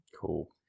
Cool